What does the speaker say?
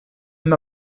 m’a